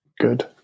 good